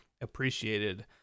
appreciated